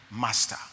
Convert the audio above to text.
master